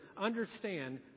Understand